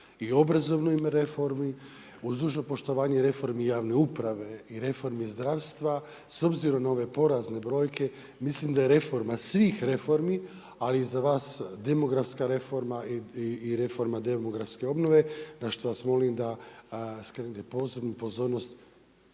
i obrazovnoj reformi uz dužno poštovanje i reformi javne uprave i reformi zdravstva s obzirom na ove porezne brojke mislim da je reforma svih reformi, ali i za vas demografska reforma i reforma demografske obnove na što vas molim da skrenete posebnu